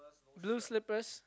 blue slippers